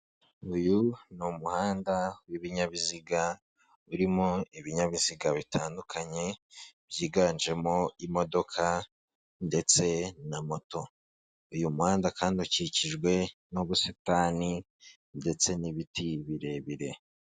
Uyu umuhanda w'ibinyabiziga, birimo ibinyabiziga bitandukanye byiganjemo imodoka ndetse na moto uyu muhanda kandi ukikijwe n'ubusitani ndetse n'ibiti birebire.